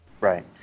Right